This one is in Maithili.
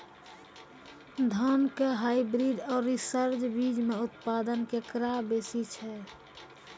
धान के हाईब्रीड और रिसर्च बीज मे उत्पादन केकरो बेसी छै?